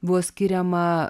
buvo skiriama